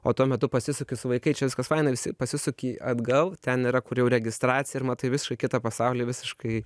o tuo metu pasisuki su vaikai čia viskas faina visi pasisuki atgal ten yra kur jau registracija ir matai visiškai kitą pasaulį visiškai